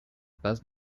passe